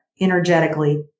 energetically